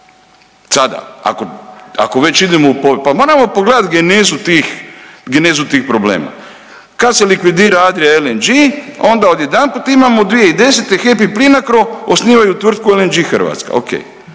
Sada ako već idemo u, pa moramo pogledati genezu tih, genezu tih problema. Kad se likvidira Adria LNG onda odjedanput imamo 2010. HEP i Plinacro osnivaju tvrtku LNG Hrvatska.